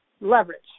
leverage